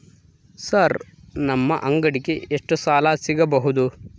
Sir ನಮ್ಮ ಅಂಗಡಿಗೆ ಎಷ್ಟು ಸಾಲ ಸಿಗಬಹುದು?